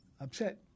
upset